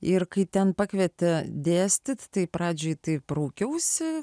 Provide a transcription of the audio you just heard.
ir kai ten pakvietė dėstyti tai pradžiai taip raukiausi